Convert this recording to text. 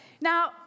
now